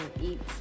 eat